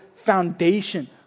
foundation